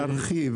תרחיב.